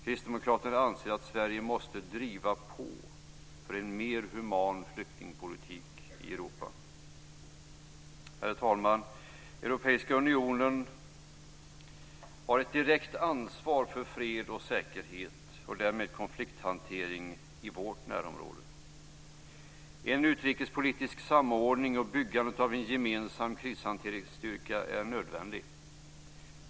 Kristdemokraterna anser att Sverige måste driva på för en mer human flyktingpolitik i Europa. Herr talman! Europeiska unionen har ett direkt ansvar för fred och säkerhet och därmed konflikthantering i vårt närområde. En utrikespolitisk samordning och byggande av en gemensam krishanteringsstyrka är nödvändig.